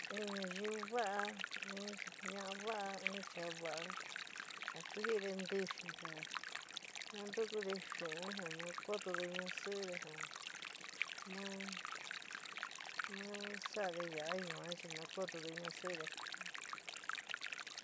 In ñayuá va'a. in ña'a va'a in chaá va'a, ja tu jiɨde ntɨxi, ja nantukudé xu'ún, ja na kótode ñasɨ'ɨde, ja ma ma sa'ade ya'á yu'án chi ná kótode ñasɨ'ɨde.